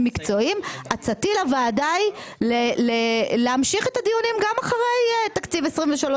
מקצועיים עצתי לוועדה היא להמשיך את הדיונים גם אחרי תקציב 23',